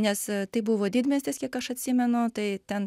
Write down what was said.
nes tai buvo didmiestis kiek aš atsimenu tai ten